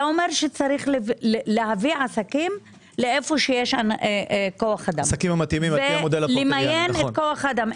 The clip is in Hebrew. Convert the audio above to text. אתה אומר שצריך להביא עסקים לאיפה שיש כוח אדם ולמיין כוח אדם.